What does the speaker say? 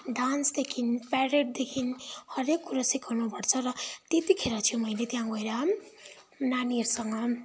डान्सदेखि परेडदेखि हरेक कुरा सिकाउनु पर्छ र त्यतिखेर चाहिँ मैले त्यहाँ गएर नानीहरूसँग